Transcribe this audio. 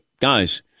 guys